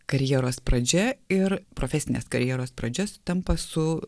karjeros pradžia ir profesinės karjeros pradžia sutampa su